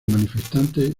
manifestantes